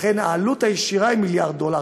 לכן, העלות הישירה היא מיליארד דולר.